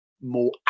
more